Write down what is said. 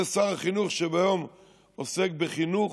זה שר החינוך שביום עוסק בחינוך